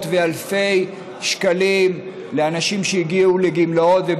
ואלפי שקלים לאנשים שהגיעו לגמלאות,